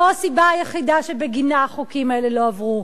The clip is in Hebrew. זו הסיבה היחידה שבגינה החוקים האלה לא עברו,